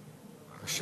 בבקשה.